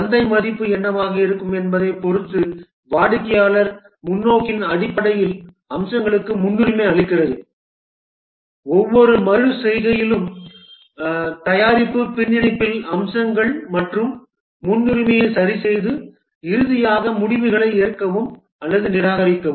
சந்தை மதிப்பு என்னவாக இருக்கும் என்பதைப் பொறுத்து வாடிக்கையாளர் முன்னோக்கின் அடிப்படையில் அம்சங்களுக்கு முன்னுரிமை அளிக்கிறது ஒவ்வொரு மறு செய்கையிலும் தயாரிப்பு பின்னிணைப்பில் அம்சங்கள் மற்றும் முன்னுரிமையை சரிசெய்து இறுதியாக முடிவுகளை ஏற்கவும் அல்லது நிராகரிக்கவும்